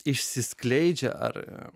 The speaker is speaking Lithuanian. išsiskleidžia ar